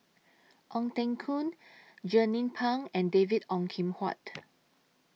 Ong Teng Koon Jernnine Pang and David Ong Kim Huat